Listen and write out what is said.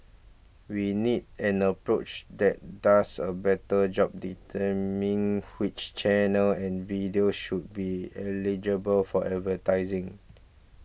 we need an approach that does a better job determining which channels and videos should be eligible for advertising